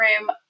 room